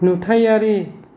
नुथायारि